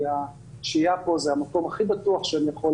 כי השהייה פה זה המקום הכי בטוח שאני יכול